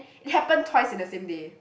it happened twice in the same day